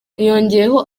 yongeyeho